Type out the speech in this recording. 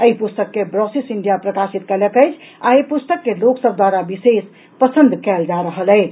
एहि प्रस्तक के ब्रोसिस इंडिया प्रकाशित कयलक अछि आ एहि पुस्तक के लोक सभ द्वारा विशेष पसंद कयल जा रहल अछि